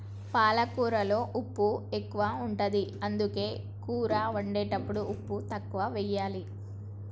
పాలకూరలో ఉప్పు ఎక్కువ ఉంటది, అందుకే కూర వండేటప్పుడు ఉప్పు తక్కువెయ్యాలి